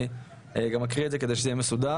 אני גם אקריא את זה כדי שזה יהיה מסודר.